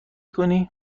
کنی